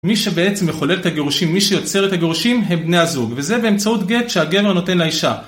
מי שבעצם מחולל את הגירושים, מי שיוצר את הגירושים, הם בני הזוג, וזה באמצעות גט שהגבר נותן לאישה.